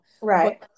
Right